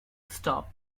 stop